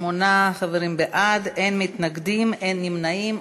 שמונה חברים בעד, אין מתנגדים ואין נמנעים.